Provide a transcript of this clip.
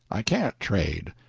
i can't trade.